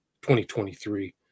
2023